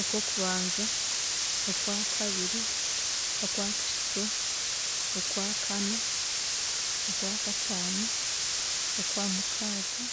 Okwokubanza, Okwakabiri, Akwakashatu, Okwakaana, Okwakatano, Okwamukaaga,